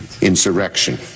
Insurrection